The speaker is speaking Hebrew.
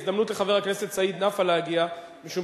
זו הזדמנות לחבר הכנסת סעיד נפאע להגיע, משום